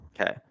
Okay